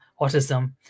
autism